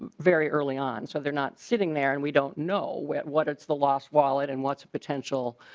very early on so they're not sitting there and we don't no wet what it's the lost wallet and what's potential.